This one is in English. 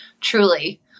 Truly